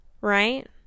Right